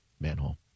manhole